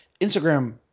Instagram